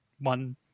one